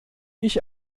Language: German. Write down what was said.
ich